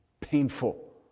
painful